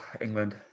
England